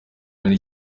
muri